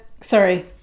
Sorry